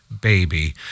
baby